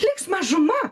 liks mažuma